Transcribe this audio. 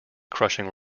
crushing